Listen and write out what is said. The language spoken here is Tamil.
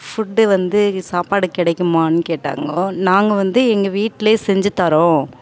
ஃபுட்டு வந்து சாப்பாடு கிடைக்குமான்னு கேட்டாங்கோ நாங்கள் வந்து எங்கள் வீட்லேயே செஞ்சுத் தரோம்